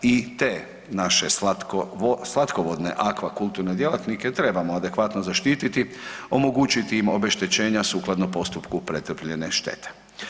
I te naše slatkovodne aquakulturne djelatnike trebamo adekvatno zaštititi, omogućiti im obeštećenja sukladno postupku pretrpljene štete.